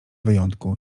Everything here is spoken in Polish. wyjątku